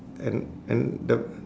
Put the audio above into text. and and the